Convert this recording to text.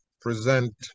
present